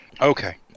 Okay